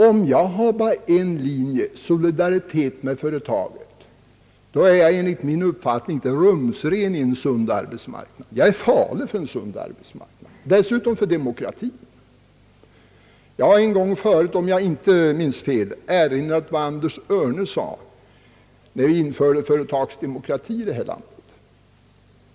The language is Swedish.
Om jag bara har en linje — solidaritet med företaget — då är jag inte rumsren i en sund arbetsmarknad. Jag är farlig för denna, och dessutom för demokratin. Jag har en gång tidigare, om jag inte minns fel, erinrat om vad Anders Örne sade när vi införde företagsdemokratin i detta land.